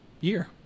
year